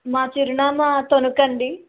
ఆ చిరునామా తణుకు అండి